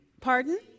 Pardon